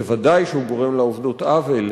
בוודאי שהוא גורם לעובדות עוול,